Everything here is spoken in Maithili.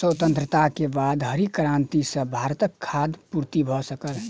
स्वतंत्रता के बाद हरित क्रांति सॅ भारतक खाद्य पूर्ति भ सकल